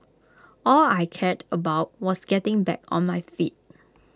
all I cared about was getting back on my feet